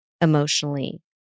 emotionally